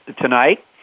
tonight